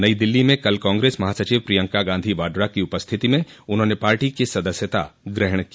नई दिल्ली में कल कांग्रेस महासचिव प्रियंका गांधी बाड्रा की उपस्थित में उन्होंने पार्टी की सदस्यता ग्रहण की